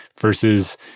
versus